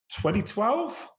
2012